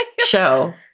show